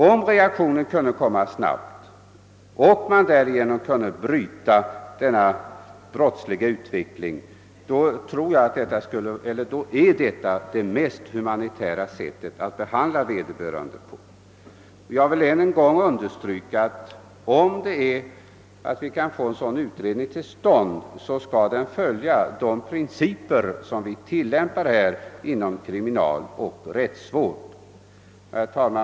Om reaktionen kunde komma snabbare och man därigenom kunde bryta den brottsliga utvecklingen, vore detta enligt min mening det mest humanitära sättet att behandla vederbörande på. Jag vill än en gång understryka att om vi kan få en sådan utredning till stånd, bör den följa de principer som vi tillämpar inom kriminaloch rättsvården. Herr talman!